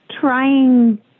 trying